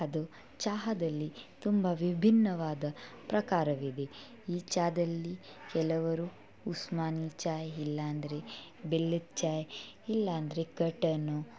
ಅದು ಚಹದಲ್ಲಿ ತುಂಬ ವಿಭಿನ್ನವಾದ ಪ್ರಕಾರವಿದೆ ಈ ಚಹದಲ್ಲಿ ಕೆಲವರು ಉಸ್ಮಾನಿ ಚಾಯ್ ಇಲ್ಲಾಂದ್ರೆ ಬೆಲ್ಲದ ಚಾಯ್ ಇಲ್ಲಾಂದ್ರೆ ಕರ್ಟ್ಟನು